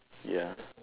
ya